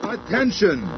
Attention